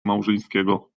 małżeńskiego